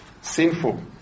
sinful